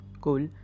cool